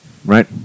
right